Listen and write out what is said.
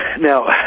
Now